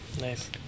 Nice